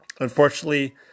Unfortunately